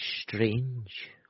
strange